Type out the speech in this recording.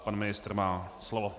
Pan ministr má slovo.